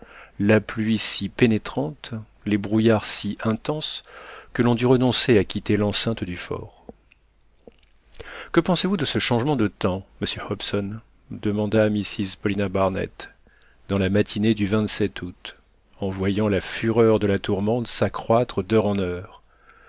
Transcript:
la pluie si pénétrante les brouillards si intenses que l'on dut renoncer à quitter l'enceinte du fort que pensez-vous de ce changement de temps monsieur hobson demanda mrs paulina barnett dans la matinée du août en voyant la fureur de la tourmente s'accroître d'heure en heure